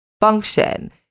function